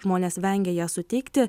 žmonės vengia ją suteikti